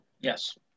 Yes